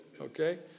Okay